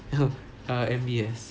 ah M_B_S